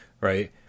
right